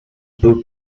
był